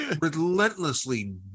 relentlessly